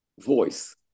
voice